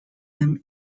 him